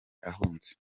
ahunze